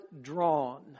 drawn